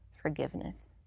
forgiveness